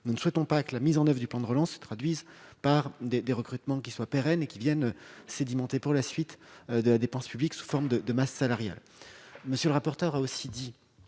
nous ne souhaitons pas que la mise en oeuvre du plan de relance se traduise par des recrutements pérennes qui viendraient sédimenter, pour la suite, de la dépense publique sous forme de masse salariale.